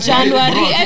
January